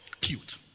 cute